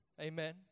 Amen